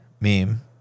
meme